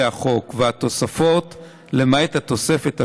החוק והתוספות למעט התוספת השנייה,